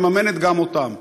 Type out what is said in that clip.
מממנת גם אותם.